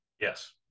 Yes